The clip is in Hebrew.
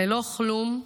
בלא כלום,